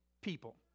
People